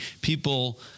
people